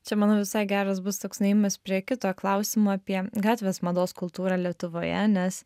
čia manau visai geras bus toks nuėjimas prie kito klausimo apie gatvės mados kultūrą lietuvoje nes